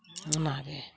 ᱚᱱᱟ ᱜᱮ